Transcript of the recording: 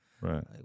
Right